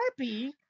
Sharpie